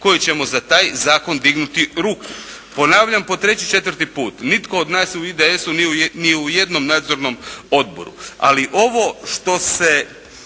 koji ćemo za taj zakon dignuti ruku. Ponavljam po treći, četvrti put. Nitko od nas u IDS-u nije ni u jednom nadzornom odboru. Ali ovo što se